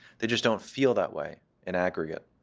they just don't feel that way in aggregate.